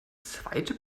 zweite